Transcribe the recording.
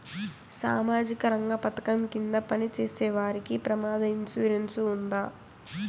సామాజిక రంగ పథకం కింద పని చేసేవారికి ప్రమాద ఇన్సూరెన్సు ఉందా?